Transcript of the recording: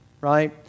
right